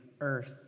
earth